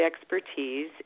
expertise